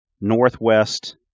Northwest